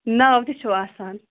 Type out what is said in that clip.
ناو تہِ چھُو آسان